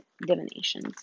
divinations